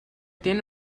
tiene